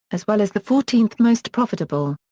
as well as the fourteenth most profitable.